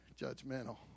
judgmental